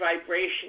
vibration